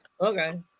Okay